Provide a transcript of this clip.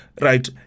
right